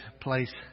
place